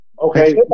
Okay